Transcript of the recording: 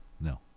No